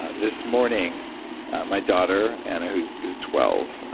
ah this morning my daughter, anna, who's who's twelve,